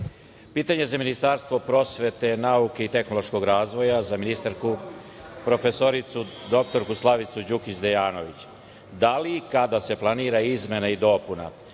za ministarstvo prosvete, nauke i tehnološkog razvoja za ministarku prof. dr Slavicu Đukić Dejanović – da li i kada se planira izmena i dopuna